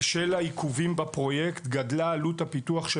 בשל העיכובים בפרויקט גדלה עלות הפיתוח של